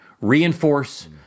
reinforce